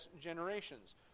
generations